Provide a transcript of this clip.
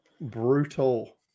brutal